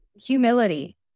humility